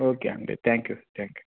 okay అండి thank you thank you